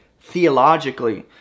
theologically